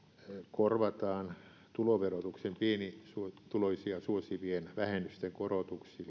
korvataan tuloverotuksen pienituloisia suosivien vähennysten korotuksilla